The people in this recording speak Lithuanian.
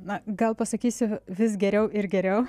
na gal pasakysiu vis geriau ir geriau